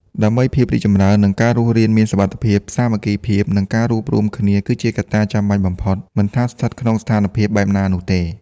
ដើម្បីភាពរីកចម្រើន និងការរស់រានមានសុវត្ថិភាព សាមគ្គីភាព និងការរួបរួមគ្នាគឺជាកត្តាចាំបាច់បំផុត មិនថាស្ថិតក្នុងស្ថានភាពបែបណានោះទេ។